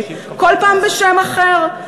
כל פעם בשם אחר,